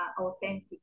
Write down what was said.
authentic